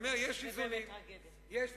אני אומר: יש איזונים.